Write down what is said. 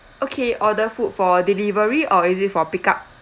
okay order food for delivery or is it for pick up